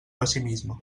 pessimisme